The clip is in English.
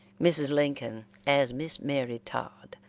mrs. lincoln, as miss mary todd,